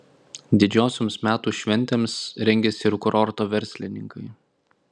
didžiosioms metų šventėms rengiasi ir kurorto verslininkai